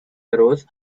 arose